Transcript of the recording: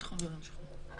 שלום לכולם.